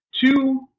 Two